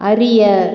அறிய